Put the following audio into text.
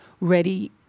ready